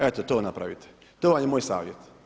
Eto, to napravite to vam je moj savjet.